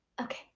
okay